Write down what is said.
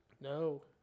No